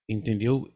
Entendeu